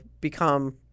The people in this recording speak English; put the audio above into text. become